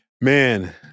Man